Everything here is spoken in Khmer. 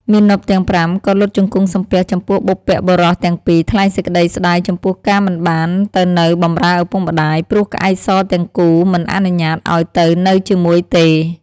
មាណពទាំង ៥ ក៏ លុតជង្គង់សំពះចំពោះបុព្វបុរសទាំងពីរ ថ្លែងសេចក្តីស្តាយចំពោះការមិនបានទៅនៅបម្រើឪពុកម្តាយ ព្រោះក្អែកសទាំងគូ មិនអនុញ្ញាតឲ្យទៅនៅជាមួយទេ ។